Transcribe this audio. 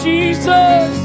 Jesus